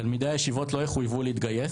תלמידי הישיבות לא יחויבו להתגייס,